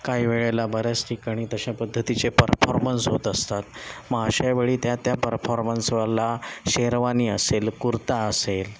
काही वेळेला बऱ्याच ठिकाणी तशा पद्धतीचे परफॉर्मन्स होत असतात मग अशावेळी त्या त्या परफॉर्मन्सवाला शेरवानी असेल कुर्ता असेल